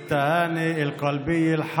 )